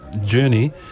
journey